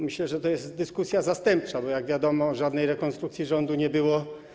Myślę, że to jest dyskusja zastępcza, bo jak wiadomo, żadnej rekonstrukcji rządu nie było.